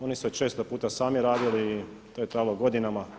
Oni su je često puta sami radili i to je trajalo godinama.